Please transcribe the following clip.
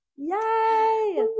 yay